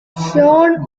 shawn